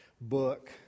book